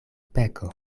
peko